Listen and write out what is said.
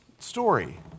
story